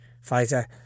fighter